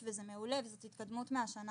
תהיה לאדם את הסביבה